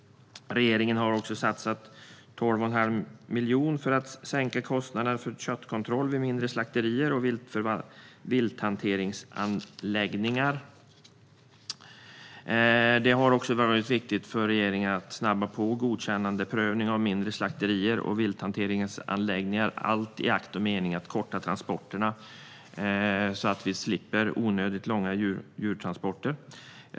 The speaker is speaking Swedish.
Regeringen har satsat 12 1⁄2 miljon för att sänka kostnaderna för köttkontroll vid mindre slakterier och vilthanteringsanläggningar. Det har också varit viktigt för regeringen att snabba på godkännandeprövningen av mindre slakterier och vilthanteringsanläggningar - i akt och mening att korta transporterna, så att vi ska slippa onödigt långa djurtransporter.